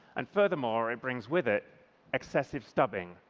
and furthermore, it brings with it excessive stubbing,